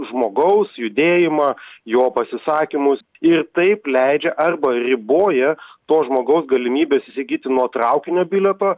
žmogaus judėjimą jo pasisakymus ir taip leidžia arba riboja to žmogaus galimybes įsigyti nuo traukinio bilietą